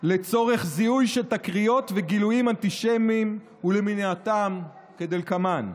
לצורך זיהוי של תקריות וגילויים אנטישמיים ולמניעתן כדלקמן: